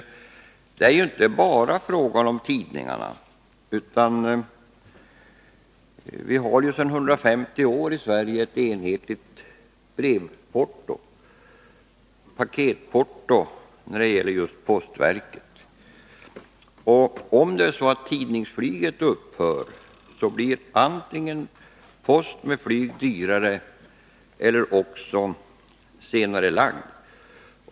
Det är inte bara fråga om tidningarna. Vi har sedan 150 år ett enhetligt brevporto och paketporto i Sverige. Om tidningsflyget upphör blir post med flyg antingen dyrare eller senarelagd.